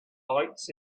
lights